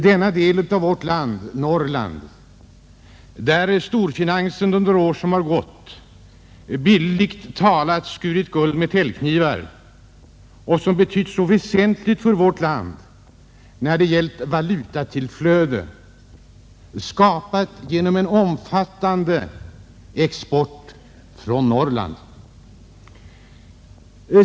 Det är de delar av vårt land — Norrland — där storfinansen under år som gått bildligt talat skurit guld med täljknivar och som betytt så väsentligt för vårt land när det gällt valutatillflödet, skapat genom den omfattande exporten från Norrland.